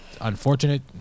unfortunate